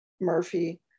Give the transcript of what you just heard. murphy